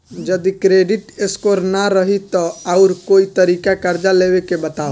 जदि credit score ना रही त आऊर कोई तरीका कर्जा लेवे के बताव?